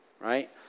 Right